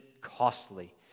costly